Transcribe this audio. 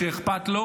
שאכפת לו,